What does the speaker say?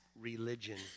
Religion